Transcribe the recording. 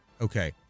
Okay